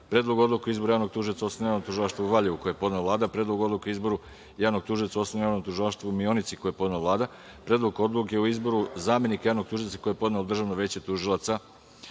Predlogu odluke o izboru javnog tužioca u Osnovnom javnom tužilaštvu u Valjevu, koji je podnela Vlada, Predlogu odluke o izboru javnog tužioca u Osnovnom javnom tužilaštvu u Mionici, koji je podnela Vlada, Predlogu odluke o izboru zamenika javnog tužioca, koji je podnelo Državno veće tužilaca,